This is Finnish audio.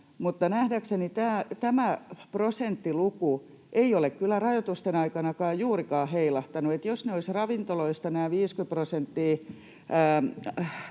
nähdäkseni tämä prosenttiluku ei ole kyllä rajoitusten aikanakaan juurikaan heilahtanut, että jos olisivat ravintoloista